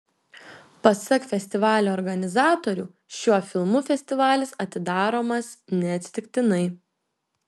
pasak festivalio organizatorių šiuo filmu festivalis atidaromas neatsitiktinai